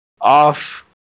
off